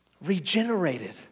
Regenerated